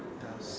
does